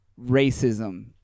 racism